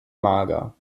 mager